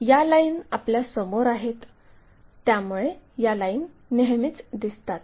या लाईन आपल्या समोर आहेत त्यामुळे या लाईन नेहमीच दिसतात